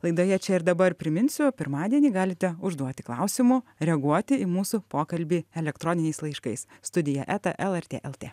laidoje čia ir dabar priminsiu pirmadienį galite užduoti klausimų reaguoti į mūsų pokalbį elektroniniais laiškais studija eta lrt lt